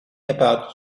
about